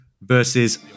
versus